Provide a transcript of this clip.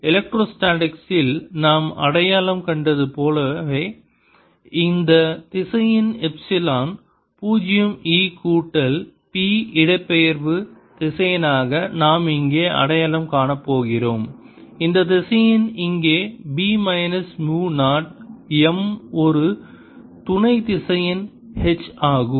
எலக்ட்ரோஸ்டேடிக்ஸில் நாம் அடையாளம் கண்டது போலவே இந்த திசையன் எப்சிலன் பூஜ்ஜியம் E கூட்டல் P இடப்பெயர்வு திசையனாக நாம் இங்கே அடையாளம் காணப் போகிறோம் இந்த திசையன் இங்கே B minus mu naught M ஒரு துணை திசையன் H ஆகும்